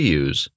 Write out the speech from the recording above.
use